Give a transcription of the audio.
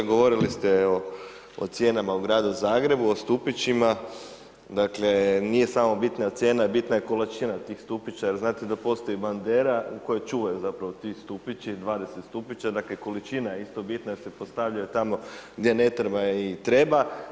Govorili ste o cijenama u Gradu Zagrebu, o stupićima, dakle, nije samo bitna cijena, bitna je količina tih stupića, jel znate da postoji bandera u kojoj čuvaju zapravo ti stupići, 20 stupića, dakle, količina je isto bitna, jer se postavlja tamo gdje ne treba i treba.